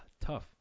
tough